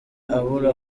abura